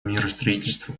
миростроительству